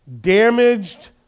Damaged